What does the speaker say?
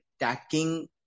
attacking